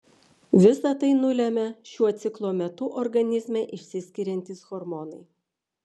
visa tai nulemia šiuo ciklo metu organizme išsiskiriantys hormonai